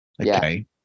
okay